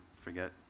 forget